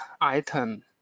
item